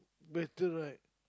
better right